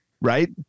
right